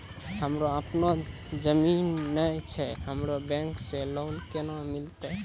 हमरा आपनौ जमीन नैय छै हमरा बैंक से लोन केना मिलतै?